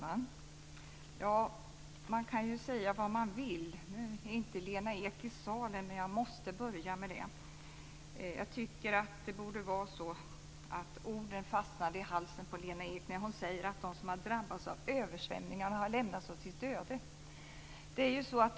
Herr talman! Man kan ju säga vad man vill. Nu är inte Lena Ek i salen, men jag måste börja med henne. Lena Ek sade att de som har drabbats av översvämningar har lämnats åt sitt öde. Jag tycker att orden borde fastna i halsa på Lena Ek.